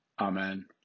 Amen